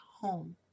home